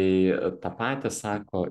tai tą patį sako